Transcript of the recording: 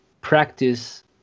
practice